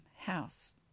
house